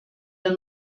der